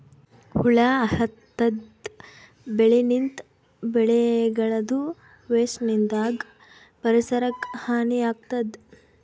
ಹುಳ ಹತ್ತಿದ್ ಬೆಳಿನಿಂತ್, ಬೆಳಿಗಳದೂ ವೇಸ್ಟ್ ನಿಂದಾಗ್ ಪರಿಸರಕ್ಕ್ ಹಾನಿ ಆಗ್ತದ್